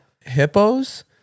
Hippos